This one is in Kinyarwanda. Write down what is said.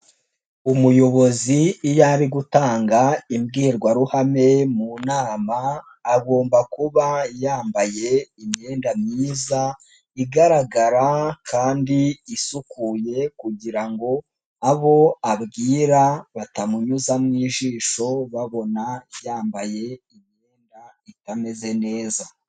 Umuyobozi iyo ari gutanga imbwirwaruhame mu nama, agomba kuba yambaye imyenda myiza igaragara kandi isukuye kugira ngo abo abwira batamunyuzamo ijisho babona yambaye imyenda itameze neza.